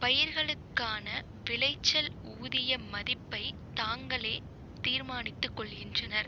பயிர்களுக்கான விளைச்சல் ஊதிய மதிப்பை தாங்களே தீர்மானித்து கொள்கின்றனர்